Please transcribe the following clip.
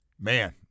Man